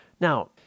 Now